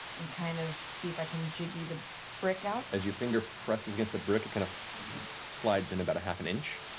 and kind of see if i can jiggy the brick out. matt as your finger presses against the brick it kind of slides in about a half an inch,